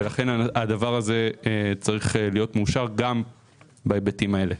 ולכן הדבר הזה צריך להיות מאושר גם בהיבטים האלה.